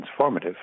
transformative